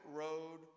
road